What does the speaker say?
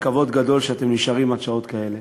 כבוד גדול שאתם נשארים עד שעות כאלה.